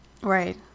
Right